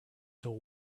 till